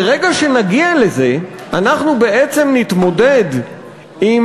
ברגע שנגיע לזה אנחנו בעצם נתמודד עם